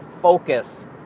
focus